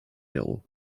héros